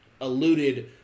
alluded